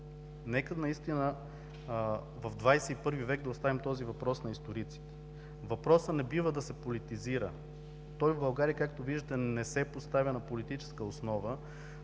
Нека наистина в ХХI век да оставим този въпрос на историците. Въпросът не бива да се политизира. Той в България, както виждате, не се поставя на политическа основа,